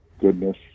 goodness